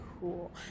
Cool